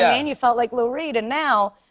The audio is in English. yeah. and you felt like lou reed. and now,